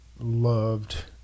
loved